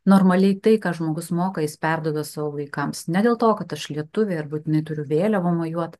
normaliai tai ką žmogus moka jis perduoda savo vaikams ne dėl to kad aš lietuvė ir būtinai turiu vėliava mojuot